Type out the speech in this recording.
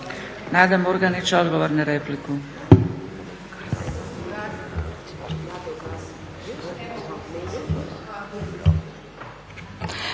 Dinko Burić, odgovor na repliku.